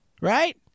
Right